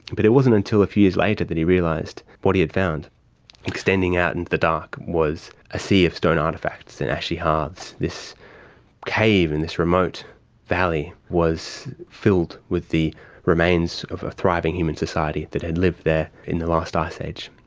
but it wasn't until a few years later that he realised what he had found extending out into and the dark was a sea of stone artefacts and ashy hearths. this cave in this remote valley was filled with the remains of a thriving human society that had lived there in the last ice age.